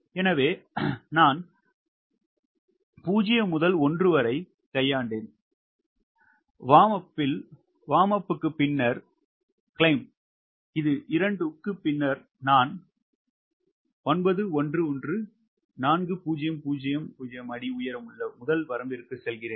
எனவே நான் 0 முதல் 1 வரை கையாண்டேன் சூடாகவும் பின்னர் ஏறவும் இது 2 பின்னர் நான் 9114000 அடி உயரமுள்ள முதல் வரம்பிற்கு செல்கிறேன்